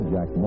Jack